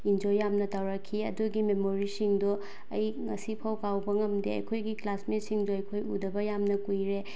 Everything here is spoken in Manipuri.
ꯏꯟꯖꯣꯏ ꯌꯥꯝꯅ ꯇꯧꯔꯛꯈꯤ ꯑꯗꯨꯒꯤ ꯃꯦꯃꯣꯔꯤꯁꯤꯡꯗꯣ ꯑꯩ ꯉꯁꯤ ꯐꯥꯎ ꯀꯥꯎꯕ ꯉꯝꯗꯦ ꯑꯩꯈꯣꯏꯒꯤ ꯀ꯭ꯂꯥꯁꯃꯦꯠꯁꯤꯡꯗꯣ ꯑꯩꯈꯣꯏ ꯎꯗꯕ ꯌꯥꯝꯅ ꯀꯨꯏꯔꯦ